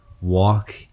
walk